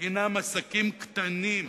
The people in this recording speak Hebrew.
הם עסקים קטנים,